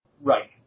Right